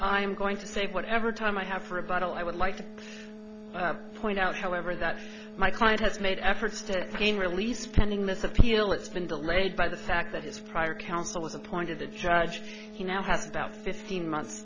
i'm going to save whatever time i have for a bundle i would like to point out however that my client has made efforts to gain release tending this appeal it's been delayed by the fact that his prior counsel is appointed the judge he now has about fifteen months